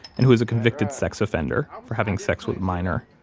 and who is a convicted sex offender for having sex with a minor.